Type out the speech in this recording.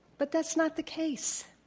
but that's not the case.